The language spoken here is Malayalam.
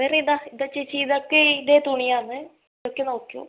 വേറെ ഇതാ ഇതാ ചേച്ചി ഇതൊക്കെ ഇതേ തുണിയാണ് ഇതൊക്കെ നോക്കിക്കോ